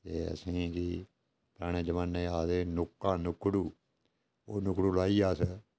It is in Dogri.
ते असें गी पराने जमाने आखदे नुक्कां नुक्कड़ु ओह् नुक्कड़ु लाइयै असें